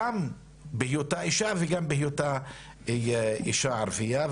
גם בהיותה אישה וגם בהיותה אישה ערביה.